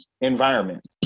environment